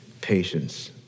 patience